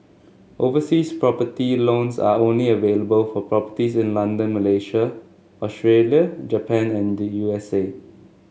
overseas property loans are only available for properties in London Malaysia Australia Japan and the U S A